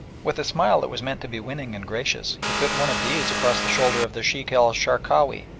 with a smile that was meant to be winning and gracious, he put one of these across the shoulder of the sheikh el sharkawi,